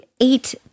eight